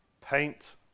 Paint